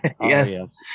Yes